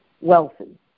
wealthy